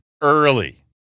early